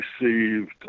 received